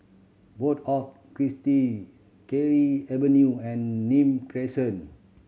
Board of Avenue and Nim Crescent